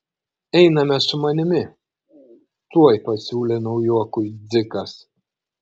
einame su manimi tuoj pasiūlė naujokui dzikas